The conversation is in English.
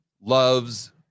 loves